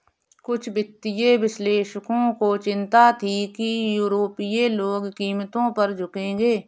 कुछ वित्तीय विश्लेषकों को चिंता थी कि यूरोपीय लोग कीमतों पर झुकेंगे